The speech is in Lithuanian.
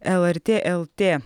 lrt lt